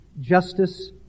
justice